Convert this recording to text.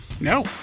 No